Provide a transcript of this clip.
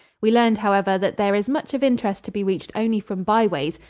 we learned, however, that there is much of interest to be reached only from byways,